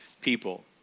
people